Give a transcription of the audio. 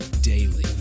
daily